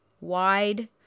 wide